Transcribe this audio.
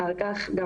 לאחר מכן,